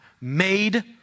made